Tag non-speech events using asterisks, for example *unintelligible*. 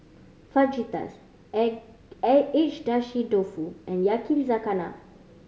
Fajitas *unintelligible* Agedashi Dofu and Yakizakana